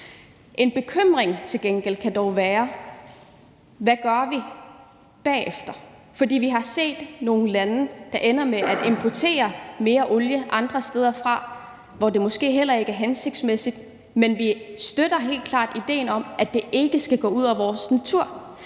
En bekymring kan dog til gengæld være, hvad vi gør bagefter, fordi vi har set nogle lande, der ender med at importere mere olie andre steder fra, hvor det måske heller ikke er hensigtsmæssigt. Men vi støtter helt klart idéen om, at det ikke skal gå ud over vores natur.